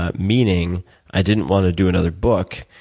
ah meaning i didn't want to do another book,